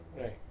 Right